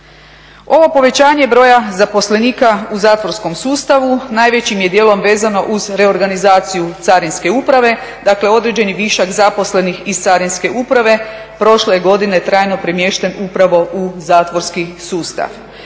Ovo povećanje broja zaposlenika u zatvorskom sustavu najvećim je dijelom vezano uz reorganizaciju Carinske uprave. Dakle, određeni višak zaposlenih iz Carinske uprave prošle je godine trajno premješten upravo u zatvorski sustav.